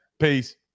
Peace